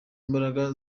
imbaraga